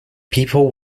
people